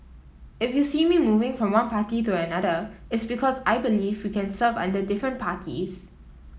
if you see me moving from one party to another it's because I believe we can serve under different parties